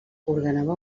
ordenava